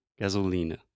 gasolina